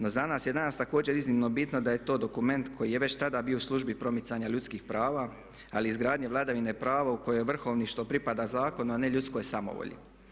No za nas je danas također iznimno bitno da je to dokument koji je već tada bio u službi promicanja ljudskih prava ali i izgradnje vladavine prava u kojoj vrhovništvo pripada zakonu a ne ljudskoj samovolji.